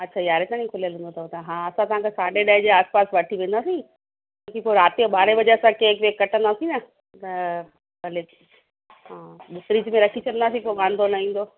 अच्छा यारहें ताणी खुलियलु हूंदो अथव त हा असां साढे ॾह जे आस पास वठी वेंदासीं छो की पोइ राति जो ॿारहें बजे असां केक वेक कटंदासीं न त भले हा फ़्रिज में रखी छॾंदासीं कोई वांदो न ईंदो हा हा